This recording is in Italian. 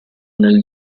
nel